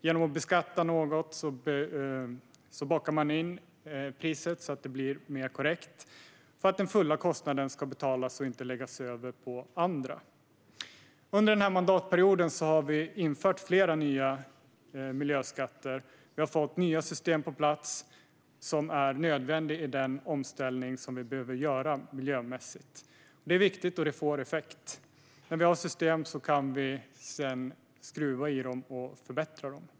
Genom att beskatta något bakar man in priset så att det blir mer korrekt, för att den fulla kostnaden ska betalas och inte läggas över på andra. Under denna mandatperiod har vi infört flera nya miljöskatter. Vi har fått nya system på plats som är nödvändiga i den omställning vi behöver göra miljömässigt. Detta är viktigt, och det får effekt. När vi har system kan vi sedan skruva i dem och förbättra dem.